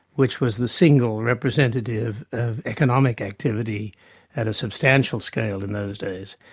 which was the single representative of economic activity at a substantial scale in those days,